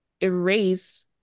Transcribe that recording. erase